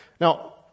Now